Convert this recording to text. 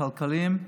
הכלכליים,